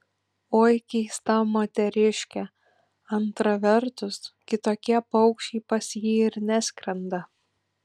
oi keista moteriškė antra vertus kitokie paukščiai pas jį ir neskrenda